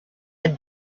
had